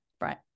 right